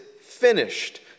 finished